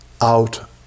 out